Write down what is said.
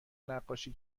نقاشی